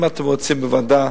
אם אתם רוצים בוועדה,